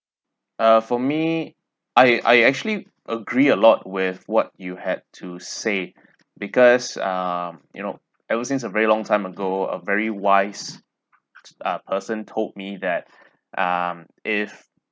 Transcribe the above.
uh for me I I actually agree a lot with what you had to say because um you know ever since a very long time ago a very wise t~ ah person told me that um if